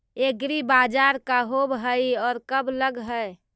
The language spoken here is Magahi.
एग्रीबाजार का होब हइ और कब लग है?